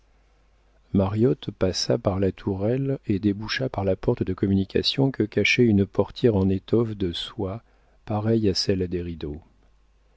mariotte passa par la tourelle et déboucha par la porte de communication que cachait une portière en étoffe de soie pareille à celle des rideaux